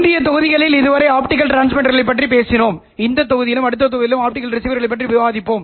இந்த தொகுதியில் ஆப்டிகல் தகவல்தொடர்புகளில் பயன்படுத்தப்படும் பல்வேறு வகையான ஒத்திசைவான பெறுதல்களைப் பற்றி விவாதிப்போம்